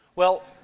well,